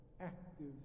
active